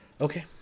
Okay